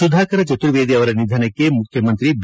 ಸುಧಾಕರ ಚತುವೇದಿ ಅವರ ನಿಧನಕ್ಕೆ ಮುಖ್ಶಮಂತ್ರಿ ಬಿ